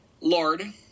lord